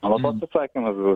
mano toks atsakymas būtų